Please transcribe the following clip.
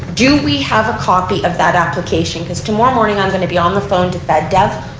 do we have a copy of that application because tomorrow morning i'm going to be on the phone to fed dev.